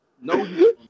no